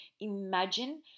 imagine